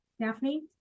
Daphne